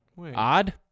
Odd